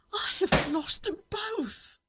have lost them both